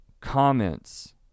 comments